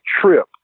trip